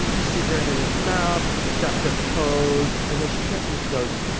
cigarette in his mouth, like seductive pose. and then she turns to me, she goes,